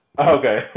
Okay